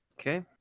okay